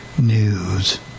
news